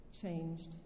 changed